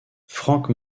frank